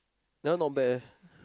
that one not bad eh